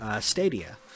Stadia